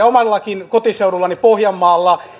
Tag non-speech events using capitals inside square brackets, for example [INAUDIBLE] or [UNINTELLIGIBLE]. [UNINTELLIGIBLE] omallakin kotiseudullani pohjanmaalla